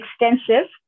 extensive